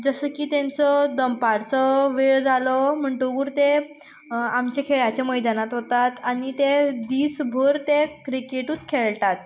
जशें की तेंचो दनपारचो वेळ जालो म्हणटकूर ते आमचे खेळाच्या मैदानांत वतात आनी ते दीस भर ते क्रिकेटूच खेळटात